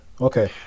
Okay